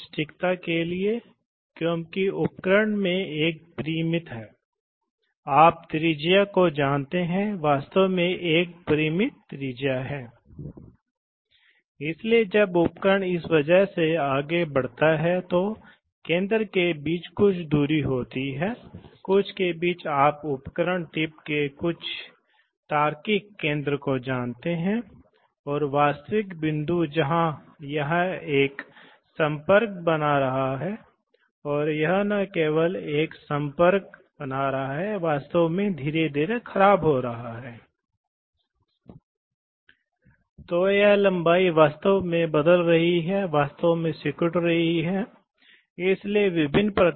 system से जुड़ा pump दूसरी ओर यदि आप इस छोर पर भी दबाव बनाए रखते हैं तो तो यह भी इस तरह से शिफ्ट हो जाएगा इसीलिए इसे शटल कहा जाता है यह है इसलिए यह शिफ्ट होगा और इसे बंद कर देगा यह इस स्थिति को ले जाएगा और हवा बहने लगेगी इसलिए यहां OR लॉजिक दिया गया है यहां तक कि अगर हम एक भी दबाव लागू करते हैं तो आप इसे प्राप्त करने जा रहे हैं सिस्टम में बहने वाली हवा प्राप्त करें